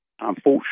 Unfortunately